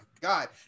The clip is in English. god